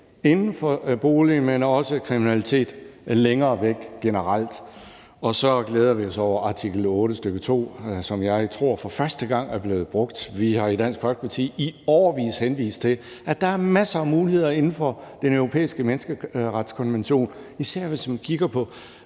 1 km fra boligen, men også kriminalitet begået længere væk generelt. Og så glæder vi os over artikel 8, stk. 2, som jeg tror er blevet brugt for første gang. Vi har i Dansk Folkeparti i årevis henvist til, at der er masser af muligheder inden for Den Europæiske Menneskerettighedskonvention, især hvis man kigger på